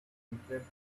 interpreted